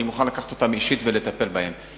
אני מוכן לקחת אותן באופן אישי ולטפל בהן.